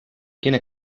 quina